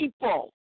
people